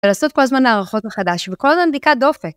לעשות כל הזמן הערכות מחדש וכל הזמן בדיקת דופק.